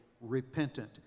repentant